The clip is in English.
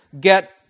get